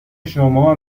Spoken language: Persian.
شما